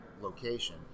location